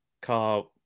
car